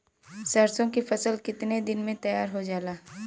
सरसों की फसल कितने दिन में तैयार हो जाला?